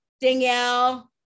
Danielle